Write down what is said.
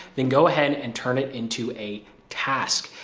then go ahead and turn it into a task.